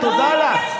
לא לבקש קיזוז.